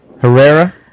Herrera